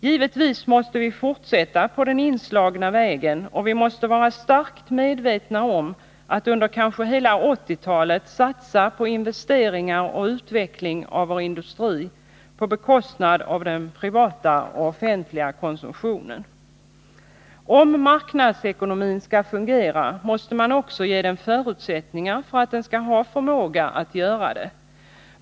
Givetvis måste vi fortsätta på den inslagna vägen, och vi måste vara starkt medvetna om att under kanske hela 80-talet satsa på investeringar och utveckling av vår industri på bekostnad av den privata och offentliga konsumtionen. Om marknadsekonomin skall fungera, måste man också ge den förutsättningar för att den skall ha förmåga att göra det.